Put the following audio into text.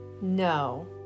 No